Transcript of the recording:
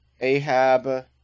Ahab